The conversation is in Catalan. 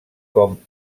com